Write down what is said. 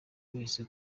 wese